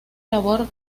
labor